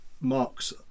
marks